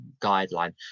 guideline